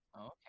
okay